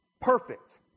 Perfect